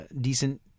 decent